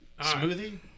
Smoothie